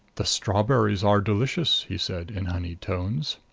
the strawberries are delicious, he said in honeyed tones.